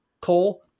Cole